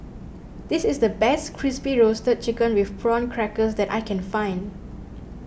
this is the best Crispy Roasted Chicken with Prawn Crackers that I can find